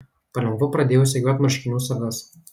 palengva pradėjau segiot marškinių sagas